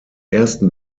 ersten